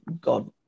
god